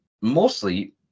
mostly